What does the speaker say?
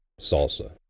salsa